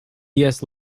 lewis